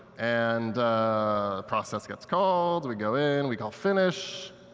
and process gets called, we go in, we call finish.